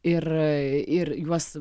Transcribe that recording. ir juos